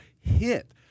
hit